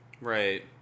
Right